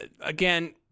again